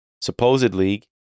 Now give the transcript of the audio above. supposedly